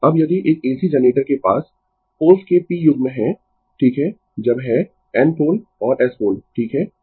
अब यदि एक AC जनरेटर के पास पोल्स के p युग्म है ठीक है जब है N पोल और S पोल ठीक है